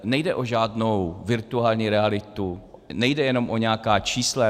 Nejde o žádnou virtuální realitu, nejde jenom o nějaká čísla.